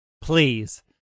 Please